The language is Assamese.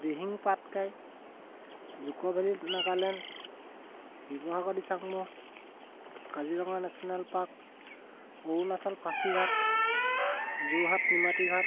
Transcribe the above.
Dihing Patkai Dzukou valley Nagaland Sivasagar Disangmukh Kaziranga national park Arunachal Pasighat Jorhat Nimatighat